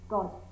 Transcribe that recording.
God